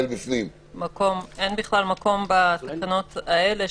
מקום בתקנות האלה.